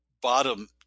bottom